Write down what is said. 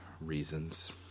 reasons